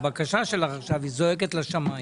מוקדם והכנסת מאשרת בקריאה השלישית הופכת להיות חוק על תנאי.